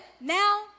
now